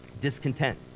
Discontent